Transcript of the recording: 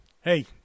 hey